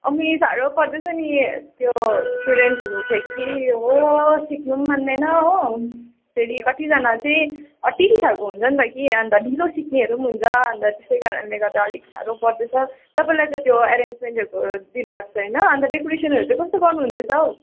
अम्म साह्रो पर्दैछ नि त्यो स्टुडेन्टहरू चाहिँ के हो हो सिक्नु मान्दैन हो फेरि कतिजना चाहिँ अटेरी खाले हुन्छ नि त के अन्त ढिलो सिक्नेहरू हुन्छ अन्त त्यही कारणले गर्दा अलिक साह्रो पर्दैछ तपाईँले त्यो एरेन्जमेन्टहरूको दिनु भएको छ होइन अन्त डेकोरेसनहरू चाहिँ कस्तो गर्नु हुँदैछ हौ